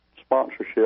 sponsorship